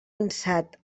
ansat